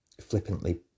flippantly